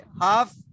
half